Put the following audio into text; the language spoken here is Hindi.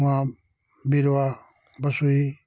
वहां विरवा बस वाही